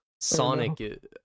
sonic